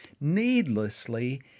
needlessly